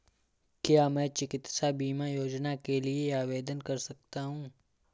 क्या मैं चिकित्सा बीमा योजना के लिए आवेदन कर सकता हूँ?